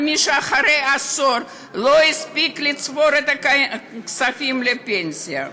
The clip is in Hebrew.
על מי שאחרי עשור לא הספיק לצבור את הכספים לפנסיה.